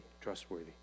trustworthy